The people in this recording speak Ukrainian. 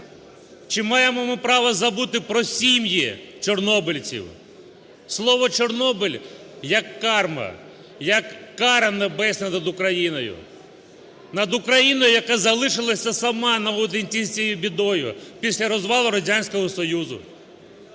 Чи маємо ми право забути про сім'ї чорнобильців? Слово "Чорнобиль" як карма, як карма небесна над Україною. Над Україною, яка залишилася сама наодинці з цією бідою після розвалу Радянського Союзу.